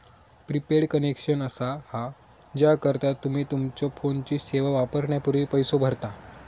prepaid connection असा हा ज्याकरता तुम्ही तुमच्यो फोनची सेवा वापरण्यापूर्वी पैसो भरता